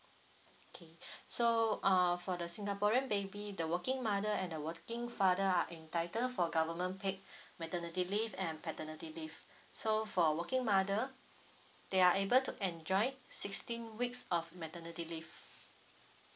okay so uh for the singaporean baby the working mother and the working father are entitled for government paid maternity leave and paternity leave so for working mother they are able to enjoy sixteen weeks of maternity leave